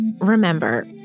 Remember